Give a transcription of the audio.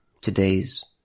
today's